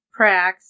Prax